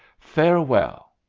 farewell.